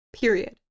period